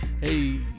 Hey